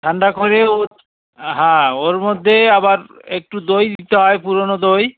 ঠাণ্ডা করে ও হ্যাঁ ওর মধ্যে আবার একটু দই দিতে হয় পুরোনো দই